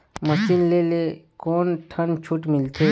Machine ले ले कोन ठन छूट मिलथे?